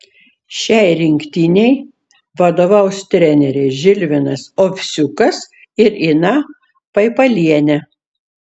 šiai rinktinei vadovaus treneriai žilvinas ovsiukas ir ina paipalienė